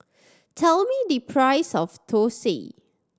tell me the price of thosai